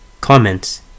Comments